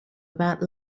about